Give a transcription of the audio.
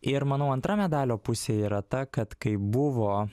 ir manau antra medalio pusė yra ta kad kai buvo